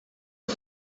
her